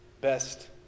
best